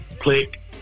click